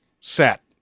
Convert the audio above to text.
set